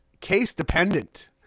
case-dependent